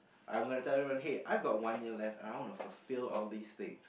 I'm gonna tell everyone hey I got one year left I wanna fulfill all these thing